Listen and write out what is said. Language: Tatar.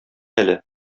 әле